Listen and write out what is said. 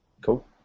cool